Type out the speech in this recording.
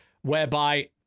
whereby